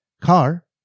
car